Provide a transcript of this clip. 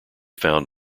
found